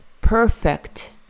perfect